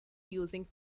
using